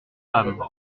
femme